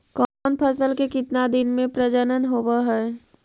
कौन फैसल के कितना दिन मे परजनन होब हय?